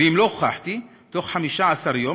ואם לא הוכחתי בתוך 15 יום,